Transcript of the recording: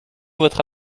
votre